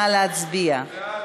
נא להצביע.